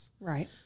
Right